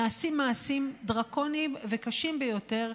נעשים מעשים דרקוניים וקשים ביותר,